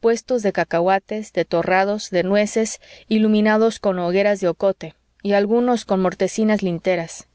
puestos de cacahuates de torrados de nueces iluminados con hogueras de ocote y algunos con mortecinas linternas